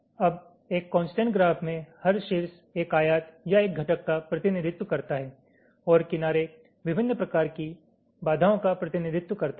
अब एक constraint graph में हर शीर्ष एक आयत या एक घटक का प्रतिनिधित्व करता है और किनारे विभिन्न प्रकार की बाधाओं का प्रतिनिधित्व करते हैं